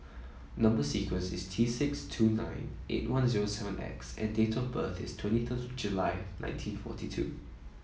number sequence is T six two nine eight one zero seven X and date of birth is twenty third of July nineteen forty two